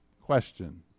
Question